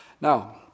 Now